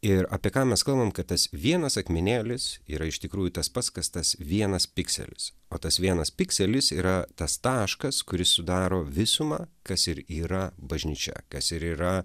ir apie ką mes kalbam kad tas vienas akmenėlis yra iš tikrųjų tas pats kas tas vienas pikselis o tas vienas pikselis yra tas taškas kuris sudaro visumą kas ir yra bažnyčia kas ir yra